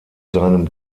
seinem